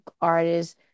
artists